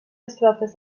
estrofes